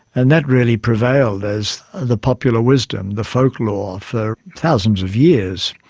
and that really prevailed as the popular wisdom, the folklore for thousands of years.